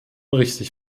richtig